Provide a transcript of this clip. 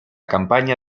campaña